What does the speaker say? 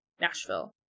Nashville